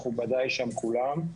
מכובדיי שם כולם.